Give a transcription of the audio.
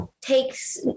takes